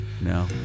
No